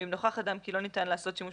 אם נוכח אם כי לא ניתן לעשות שימוש